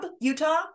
Utah